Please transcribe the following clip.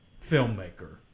filmmaker